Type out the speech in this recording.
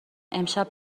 امشب